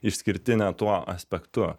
išskirtinė tuo aspektu